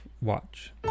watch